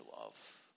love